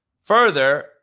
further